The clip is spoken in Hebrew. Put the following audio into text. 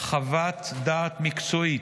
חוות דעת מקצועית,